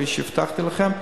כפי שהבטחתי לכם.